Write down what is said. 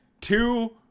Two